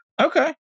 Okay